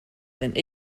and